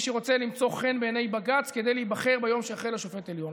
כמי שרוצה למצוא חן בעיני בג"ץ כדי להיבחר ביום שאחרי לשופט עליון,